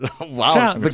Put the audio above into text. Wow